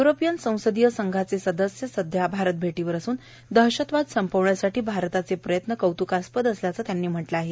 European संसदीय संघाचे सदस्य सध्या भारत भेदीवर असून दहशतवाद संपवण्यासाठी भारताचे प्रयत्व कौतुकास्पद असल्यावं त्यांनी म्हटलं आहे